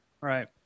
Right